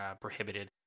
prohibited